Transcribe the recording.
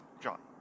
John